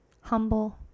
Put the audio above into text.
humble